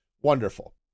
Wonderful